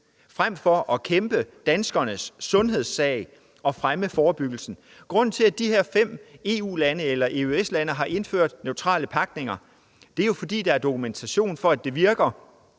frem for at kæmpe danskernes sundhedssag og fremme forebyggelsen. Grunden til, at de her fem EU-lande eller EØS-lande har indført neutrale pakker, er jo, at der er dokumentation for, at det virker.